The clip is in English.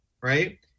Right